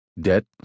Debt